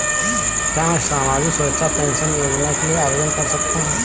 क्या मैं सामाजिक सुरक्षा पेंशन योजना के लिए आवेदन कर सकता हूँ?